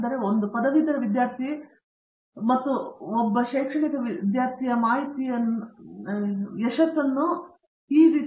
ಆದ್ದರಿಂದ ನಾನು ಒಂದು ಪದವೀಧರ ವಿದ್ಯಾರ್ಥಿ ಮತ್ತು ಶೈಕ್ಷಣಿಕ ಮಾಹಿತಿ ವಿದ್ಯಾರ್ಥಿ ಯಶಸ್ಸನ್ನು ಹೇಗೆ ಅಳೆಯಬೇಕು